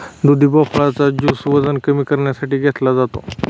दुधी भोपळा चा ज्युस वजन कमी करण्यासाठी घेतला जातो